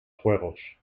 juegos